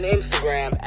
Instagram